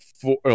four